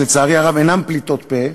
שלצערי הרב אינן פליטות פה,